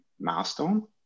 milestone